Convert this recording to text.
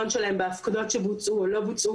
כאשר המעסיק שלהם מפקיד פיקדון,